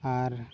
ᱟᱨ